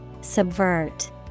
Subvert